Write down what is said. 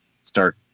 start